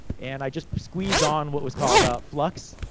and i just squeezed on, what was called a flux,